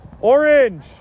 Orange